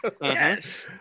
Yes